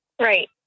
Right